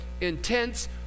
intense